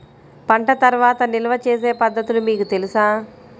పంట తర్వాత నిల్వ చేసే పద్ధతులు మీకు తెలుసా?